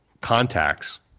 contacts